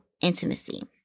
intimacy